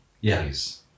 Yes